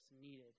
needed